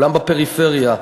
כולם בפריפריה,